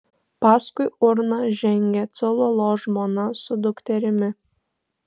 paskui urną žengė cololo žmona su dukterimi